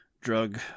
drug